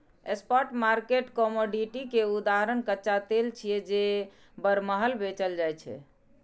spot market commodity के उदाहरण कच्चा तेल छियै, जे बरमहल बेचल जाइ छै